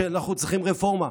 שאנחנו צריכים רפורמה.